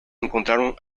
encontraron